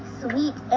sweet